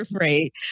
right